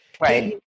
right